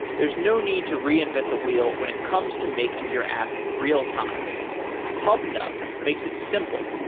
there's no need to reinvent the wheel when it comes to making your app real time pubnub makes it simple,